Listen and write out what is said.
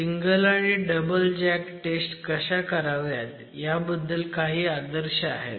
single आणि double jack test कशा कराव्यात ह्याबद्दल काही आदर्श आहेत